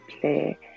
play